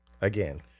Again